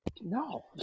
No